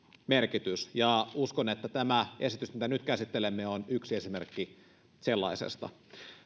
merkitys uskon että tämä esitys mitä nyt käsittelemme on yksi esimerkki sellaisesta